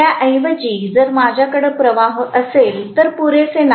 त्याऐवजी जर माझ्याकडे प्रवाह असेल तर पुरेसे नाही